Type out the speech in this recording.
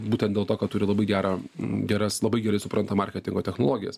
būtent dėl to kad turi labai gerą geras labai gerai supranta marketingo technologijas